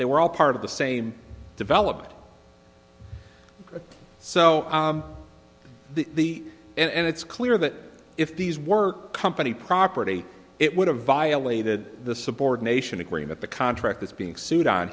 they were all part of the same development so the and it's clear that if these were company property it would have violated the subordination agreement the contract is being sued on